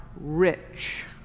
rich